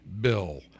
bill